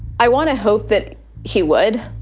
i want to hope that he would.